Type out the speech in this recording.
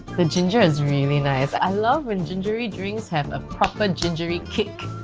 the ginger is really nice i love when gingery drinks have a proper gingery kick.